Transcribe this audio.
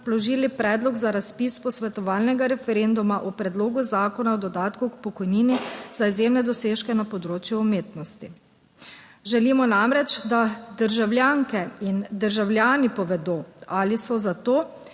vložili Predlog za razpis posvetovalnega referenduma o Predlogu Zakona o dodatku k pokojnini za izjemne dosežke na področju umetnosti. Želimo namreč, da državljanke in državljani povedo, ali so za to,